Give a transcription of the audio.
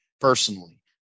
personally